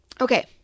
Okay